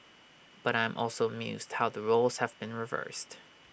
but I'm also amused how the roles have been reversed